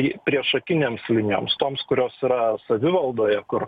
į priešakinėms linijoms toms kurios yra savivaldoje kur